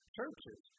churches